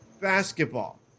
basketball